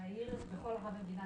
ומאוד שמח על קידומו,